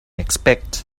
expect